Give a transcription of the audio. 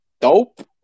dope